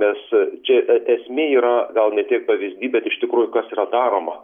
nes čia esmė yra gal ne tiek pavyzdy bet iš tikrųjų kas yra daroma